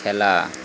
খেলা